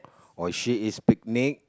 or she is picnic